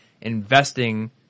investing